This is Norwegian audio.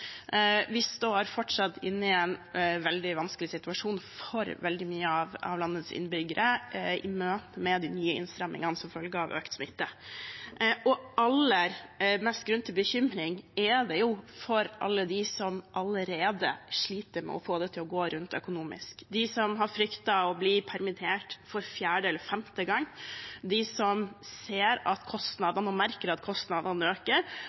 Vi står fortsatt i en veldig vanskelig situasjon for veldig mange av landets innbyggere i møte med de nye innstrammingene som følge av økt smitte. Og aller mest grunn til bekymring er det for alle dem som allerede sliter med å få det til å gå rundt økonomisk, de som har fryktet å bli permittert for fjerde eller femte gang, de som merker at kostnadene øker, og at